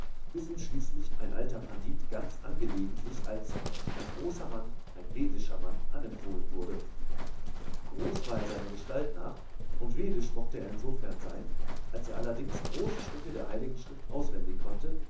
bis ihm schließlich ein alter pandit ganz angelegentlich als ein großer mann ein vedischer mann anempfohlen wurde groß war er seiner gestalt nach und vedisch mochte er insofern sein als er allerdings große stücke der heiligen schrift auswendig konnte